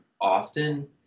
often